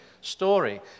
story